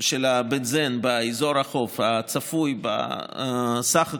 של הבנזן באזור החוף הצפוי בסך הכול,